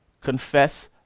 confess